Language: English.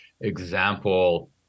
example